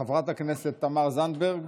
חברת הכנסת תמר זנדברג,